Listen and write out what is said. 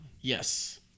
Yes